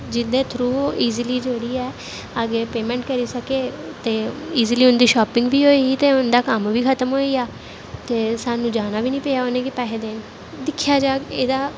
जिं'दे through easily जेह्ड़ी ऐ अग्गें पेमैंट करी सके ते ईजली उं'दी शापिंग बी होई गेई ते उं'दा कम्म बी खतम होई गेआ ते सानूं जाना बी निं पेआ उ'नेंगी पैहे देन दिक्खेआ जाह्ग एह्दा